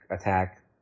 attack